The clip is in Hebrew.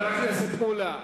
חבר הכנסת מולה,